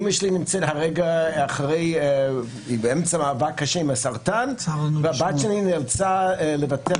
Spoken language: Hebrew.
אימא שלי כרגע במאבק קשה עם הסרטן והבת שלי נאלצה לבטל